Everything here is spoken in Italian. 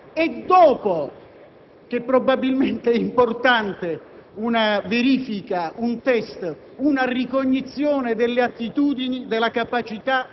Ritengo invece che dopo un periodo di attività in un contesto tutto particolare, qual è la magistratura,